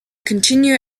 continue